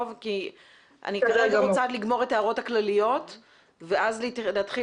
כי אני כרגע רוצה לגמור את ההערות הכלליות ואז להתחיל